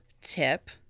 tip